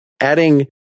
adding